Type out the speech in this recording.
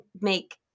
make